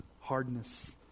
hardness